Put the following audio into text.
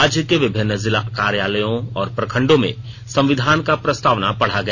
राज्य के विभिन्न जिला कार्यालयों और प्रखंडों में संविधान का प्रस्तावना पढ़ा गया